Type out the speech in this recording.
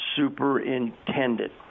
superintendent